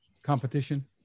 Competition